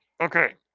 Okay